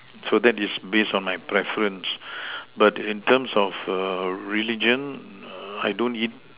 so that is based on my preference but in terms of err religion I don't eat